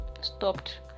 stopped